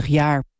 jaar